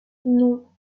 non